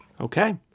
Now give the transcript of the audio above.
Okay